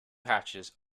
hatches